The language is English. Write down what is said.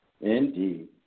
Indeed